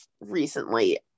recently